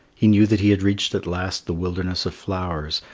he knew that he had reached at last the wilderness of flowers,